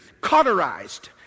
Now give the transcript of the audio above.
cauterized